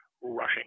rushing